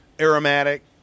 aromatic